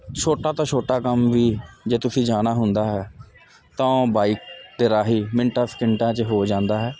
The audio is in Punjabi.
ਛੋਟਾ ਤਾਂ ਛੋਟਾ ਕੰਮ ਵੀ ਜੇ ਤੁਸੀਂ ਜਾਣਾ ਹੁੰਦਾ ਹੈ ਤਾਂ ਉਹ ਬਾਈਕ ਦੇ ਰਾਹੀ ਮਿੰਟਾਂ ਸਕਿੰਟਾਂ ਚ ਹੋ ਜਾਂਦਾ ਹੈ